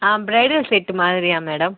ஆ bridal set மாதிரியா madam